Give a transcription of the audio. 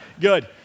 good